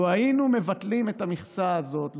לו היינו מבטלים את המכסה הזאת,